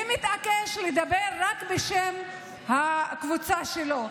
ומתעקש לדבר רק בשם הקבוצה שלו.